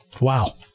Wow